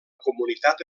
comunitat